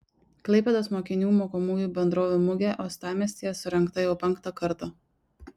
klaipėdos mokinių mokomųjų bendrovių mugė uostamiestyje surengta jau penktą kartą